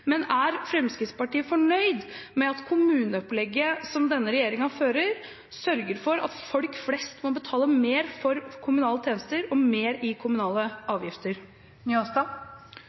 Men er Fremskrittspartiet fornøyd med at kommuneopplegget som denne regjeringen fører, sørger for at folk flest må betale mer for kommunale tjenester og mer i kommunale avgifter?